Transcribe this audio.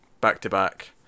back-to-back